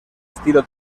estilo